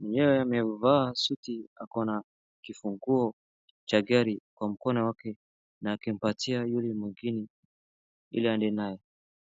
mwenyewe amevaa suti ako na kifunguo cha gari kwa mkono wake na akimpatia yule mwingine ili aende nayo.